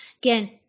again